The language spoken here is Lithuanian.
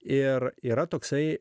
ir yra toksai